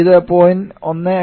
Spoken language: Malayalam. ഇത് 0